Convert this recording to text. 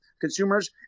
consumers